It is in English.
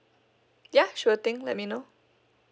ya sure thing let me know